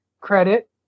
Credit